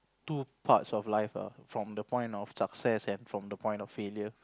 two parts of life ah from the point of success and from the point of failure